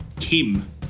Kim